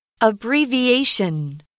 Abbreviation